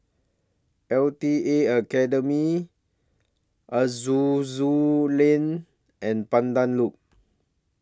L T A Academy Aroozoo Lane and Pandan Loop